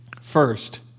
First